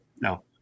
No